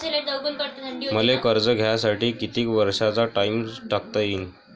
मले कर्ज घ्यासाठी कितीक वर्षाचा टाइम टाकता येईन?